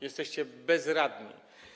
Jesteście bezradni.